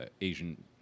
Asian